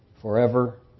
forever